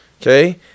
Okay